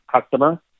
customer